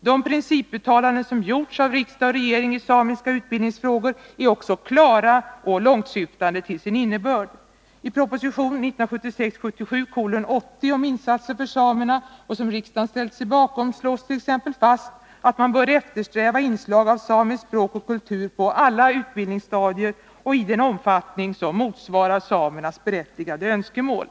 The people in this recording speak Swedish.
De principuttalanden som gjorts av riksdag och regering i samiska utbildningsfrågor är också klara och långtsyftande till sin innebörd. I propositionen 1976/77:80 om insatser för samerna — som riksdagen ställt sig bakom — slås t.ex. fast att man bör eftersträva inslag av samiskt språk och samisk kultur på alla utbildningsstadier och i den omfattning som motsvarar Nr 120 samernas berättigade önskemål.